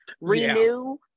renew